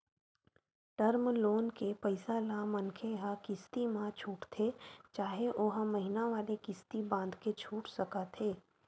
term loan के पइसा ल मनखे ह किस्ती म छूटथे चाहे ओहा महिना वाले किस्ती बंधाके छूट सकत हे